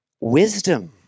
wisdom